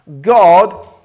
God